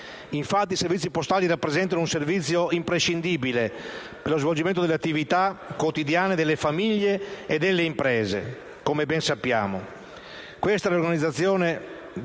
Infatti i servizi postali rappresentano un servizio imprescindibile per lo svolgimento delle attività quotidiane delle famiglie e delle imprese, come ben sappiamo. Questa riorganizzazione